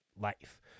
life